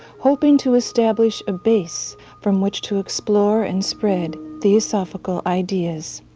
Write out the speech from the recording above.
hoping to establish a base from which to explore and spread theosophical ideas.